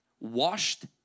washed